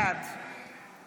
בעד